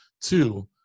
Two